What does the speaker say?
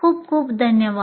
खूप खूप धन्यवाद